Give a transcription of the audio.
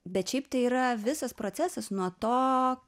bet šiaip tai yra visas procesas nuo to